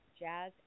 jazz